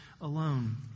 alone